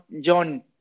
John